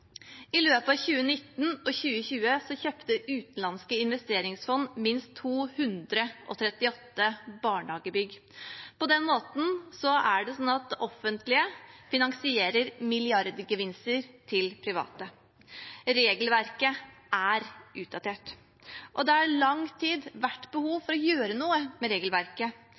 I løpet av 2019 og 2020 kjøpte utenlandske investeringsfond minst 238 barnehagebygg. På den måten finansierer det offentlige milliardgevinster til private. Regelverket er utdatert. Det har i lang tid vært behov for å gjøre noe med regelverket.